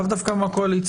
ולאו דווקא מהקואליציה,